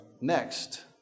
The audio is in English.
next